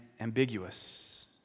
ambiguous